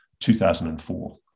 2004